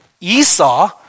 Esau